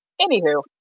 anywho